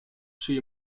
she